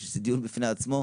זה דיון בפני עצמו.